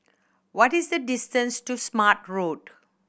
what is the distance to Smart Road